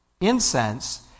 incense